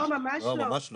לא, ממש לא.